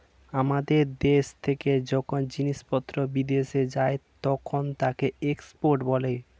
আমাদের দেশ থেকে যখন জিনিসপত্র বিদেশে যায় তখন তাকে এক্সপোর্ট বলে